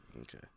Okay